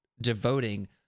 devoting